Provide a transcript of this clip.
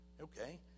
okay